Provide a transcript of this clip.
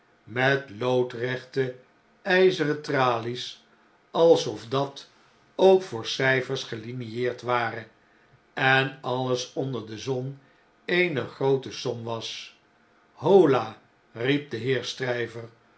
met loodrechte jjzeren tralies alsof dat ook voor cyfers gelinieerd ware en alles onder de zon eene groote som was hola riep de heer